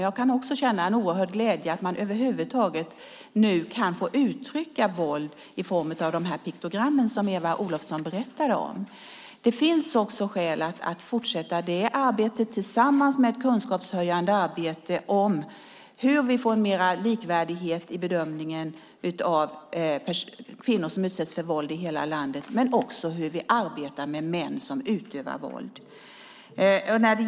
Jag kan känna en oerhörd glädje över att man nu i form av de piktogram som Eva Olofsson berättade om över taget kan få uttrycka att man har blivit utsatt för våld. Det finns skäl att fortsätta det arbetet tillsammans med ett kunskapshöjande arbete om hur vi får mer likvärdighet i bedömningen av kvinnor som utsätts för våld i hela landet. Det handlar också om hur vi arbetar med män som utövar våld.